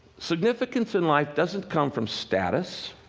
significance in life doesn't come from status,